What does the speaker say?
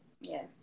Yes